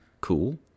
cool